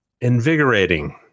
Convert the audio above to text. invigorating